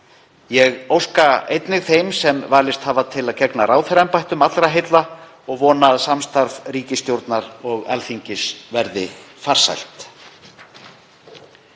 Ég óska einnig þeim sem valist hafa til að gegna ráðherraembættum allra heilla og vona að samstarf ríkisstjórnar og Alþingis verði farsælt.